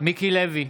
מיקי לוי,